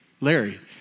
Larry